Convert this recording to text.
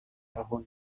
tahun